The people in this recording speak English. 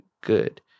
good